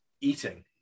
eating